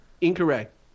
Incorrect